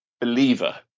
believer